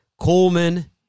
Coleman